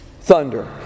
thunder